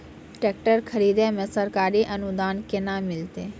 Tractor खरीदै मे सरकारी अनुदान केना मिलतै?